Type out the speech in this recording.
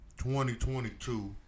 2022